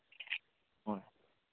ꯍꯣꯏ